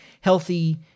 healthy